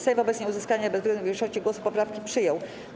Sejm wobec nieuzyskania bezwzględnej większości głosów poprawki przyjął.